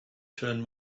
turn